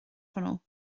hwnnw